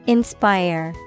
Inspire